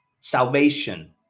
salvation